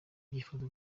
ibyifuzo